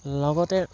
লগতে